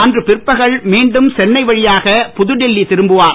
அன்று பிற்பகல் மீண்டும் சென்னை வழியாக புதுடில்லி திரும்புவார்